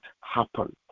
happen